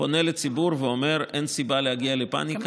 פונה לציבור ואומר שאין סיבה להגיע לפניקה.